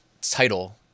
title